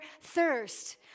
thirst